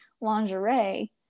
lingerie